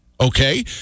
okay